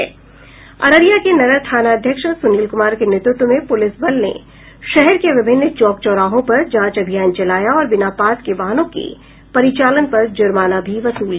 अररिया के नगर थाना अध्यक्ष सुनिल कुमार के नेतृत्व में पुलिस बल ने शहर के विभिन्न चौक चौराहों पर जांच अभियान चलाया और बिना पास के वाहनों के परिचालन पर जुर्माना भी वसूल किया